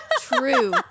True